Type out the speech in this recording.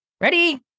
Ready